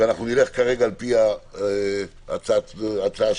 הפעלה ותחזוקה של אמצעי פיקוח טכנולוגי;"